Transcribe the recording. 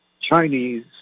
Chinese